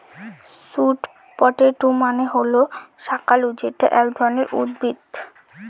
sweet potato মানে হল শাকালু যেটা এক ধরনের উদ্ভিদ